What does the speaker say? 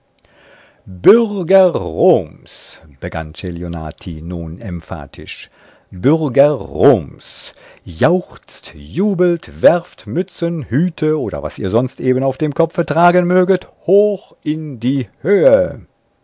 roms begann celionati nun emphatisch bürger roms jauchzt jubelt werft mützen hüte oder was ihr sonst eben auf dem kopfe tragen möget hoch in die höhe